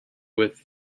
with